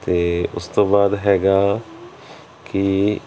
ਅਤੇ ਉਸ ਤੋਂ ਬਾਅਦ ਹੈਗਾ ਕਿ